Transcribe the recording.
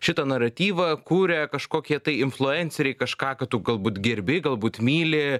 šitą naratyvą kuria kažkokie tai influenceriai kažką kad galbūt gerbi galbūt myli